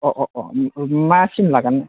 अ' अ' अ' मा सिम लागोन